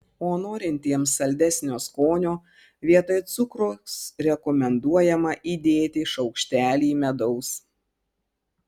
o norintiems saldesnio skonio vietoj cukraus rekomenduojama įdėti šaukštelį medaus